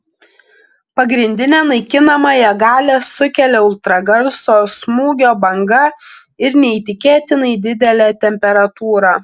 pagrindinę naikinamąją galią sukelia ultragarso smūgio banga ir neįtikėtinai didelė temperatūra